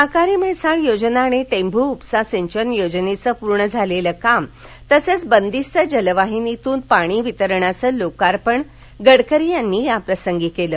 ताकारी म्हैसाळ योजना आणि टेंभू उपसा सिंचन योजनेचं पूर्ण झालेलं काम तसंच बदिस्त जलवाहिनीतून पाणी वितरणाचं लोकार्पण गडकरी यांनी याप्रसंगी केलं